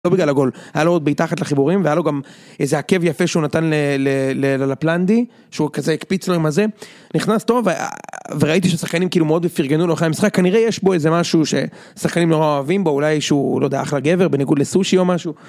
לא בגלל הגול, היה לו עוד בעיטה אחת לחיבורים, והיה לו גם איזה עקב יפה שהוא נתן ללפלנדי, שהוא כזה הקפיץ לו עם הזה, נכנס טוב, וראיתי ששחקנים כאילו מאוד פרגנו לו אחרי המשחק, כנראה יש בו איזה משהו ששחקנים נורא אוהבים בו, אולי שהוא, לא יודע, אחלה גבר, בניגוד לסושי או משהו.